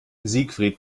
siegfried